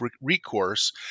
recourse